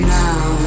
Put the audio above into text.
now